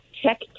check